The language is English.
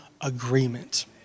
agreement